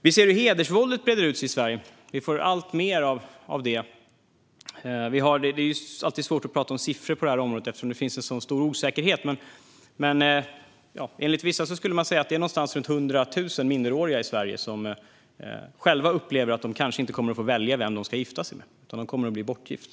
Vi ser hur hedersvåldet breder ut sig i Sverige. Vi får alltmer av det. Det är alltid svårt med siffror på det här området eftersom det finns en stor osäkerhet, men enligt vissa är det runt 100 000 minderåriga i Sverige som själva upplever att de kanske inte kommer att få välja vem de ska gifta sig med utan kommer att bli bortgifta.